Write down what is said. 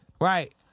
Right